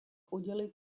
udeliť